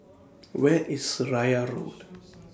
Where IS Seraya Road